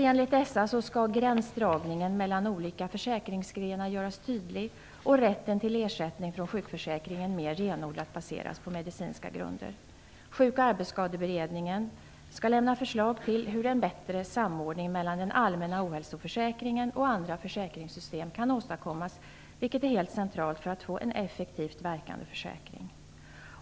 Enligt dessa skall gränsdragningen mellan olika försäkringsgrenar göras tydlig och rätten till sjukförsäkringen mer renodlat baseras på medicinska grunder. Sjuk och arbetsskadeberedningen skall lämna förslag till hur en bättre samordning mellan den allmänna ohälsoförsäkringen och andra försäkringssystem kan åstadkommas, vilket är helt centralt för att få en effektivt verkande försäkring.